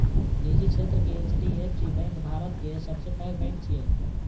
निजी क्षेत्रक एच.डी.एफ.सी बैंक भारतक सबसं पैघ बैंक छियै